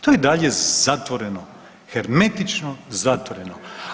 To je i dalje zatvoreno, hermetično zatvoreno.